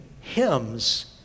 hymns